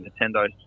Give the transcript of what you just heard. Nintendo